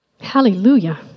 Hallelujah